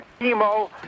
chemo